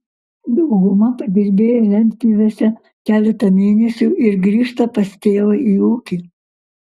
dauguma padirbėja lentpjūvėse keletą mėnesių ir grįžta pas tėvą į ūkį